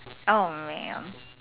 oh man